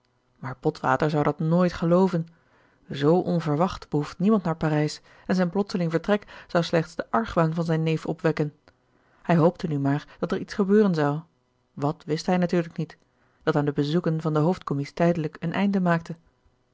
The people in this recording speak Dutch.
maar botwater zou dat nooit gelooven zoo onverwacht behoeft niemand naar parijs en zijn plotseling vertrek zou slechts den argwaan van zijn neef opwekken hij hoopte nu maar dat er iets gebeuren zou wat wist hij natuurlijk niet dat aan de bezoeken van den hoofdcommies tijdelijk een einde maakte